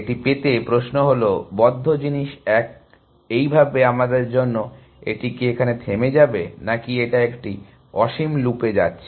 এটি পেতে প্রশ্ন হল বন্ধ জিনিস এক এইভাবে আমাদের জন্য এটি কি এখানে থেমে যাবে নাকি এটা একটি অসীম লুপে চলে যাচ্ছে